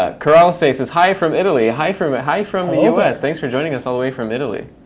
ah coralsase says hi from italy. hi from hi from us. thanks for joining us all the way from italy.